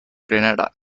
grenada